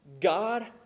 God